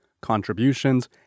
contributions